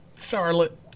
Charlotte